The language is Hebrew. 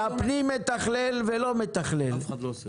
והפנים מתכלל ולא מתכלל,